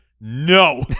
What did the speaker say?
no